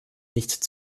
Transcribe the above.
nicht